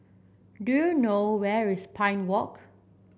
do you know where is Pine Walk